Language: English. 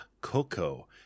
cocoa